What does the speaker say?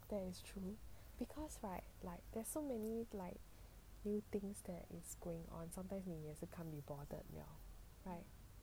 that is true because right like there's so many like new things that it's going on sometimes 你也是 can't be bothered lah like